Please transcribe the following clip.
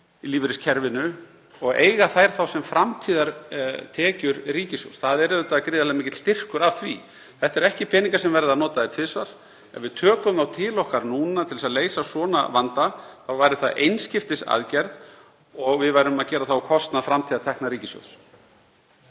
í lífeyriskerfinu og eiga þær þá sem framtíðartekjur ríkissjóðs. Það er auðvitað gríðarlega mikill styrkur af því. Þetta eru peningar sem verða ekki notaðir tvisvar. Ef við tökum þá til okkar núna til að leysa svona vanda væri það einskiptisaðgerð og við værum að gera það á kostnað framtíðartekna ríkissjóðs.